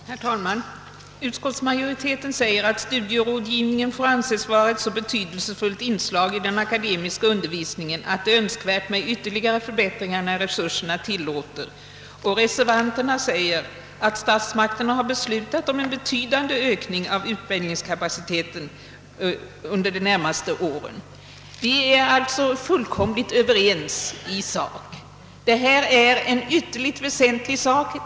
Herr talman! = Utskottsmajoriteten framhåller »att studierådgivningen får anses vara ett så betydelsefullt inslag i den akademiska undervisningen, att det är önskvärt med ytterligare förbättringar när resurserna så tillåter», och reservanterna säger att statsmakterna har beslutat om en betydande ökning av utbildningskapaciteten under de närmaste åren. Vi är alltså fullkomligt överens i sak. Detta är en ytterst väsentlig fråga.